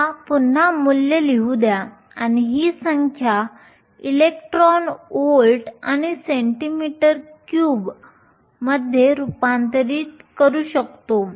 मला पुन्हा मूल्य लिहू द्या आपण ही संख्या इलेक्ट्रॉन व्होल्ट आणि सेंटीमीटर क्यूब मध्ये रूपांतरित करू शकतो